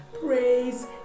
Praise